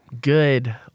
good